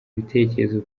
ibitekerezo